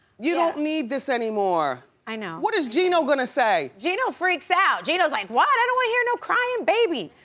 you don't need this anymore. i know. what is gino gonna say? gino freaks out, gino's like, what, i don't wanna hear no crying baby.